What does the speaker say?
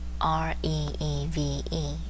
R-E-E-V-E